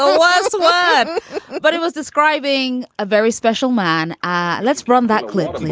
ah was the one but he was describing a very special man. ah let's run that clip